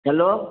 hello